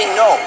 no